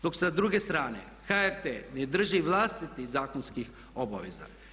Dok se sa druge strane HRT ne drži vlastitih zakonskih obaveza.